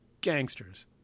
gangsters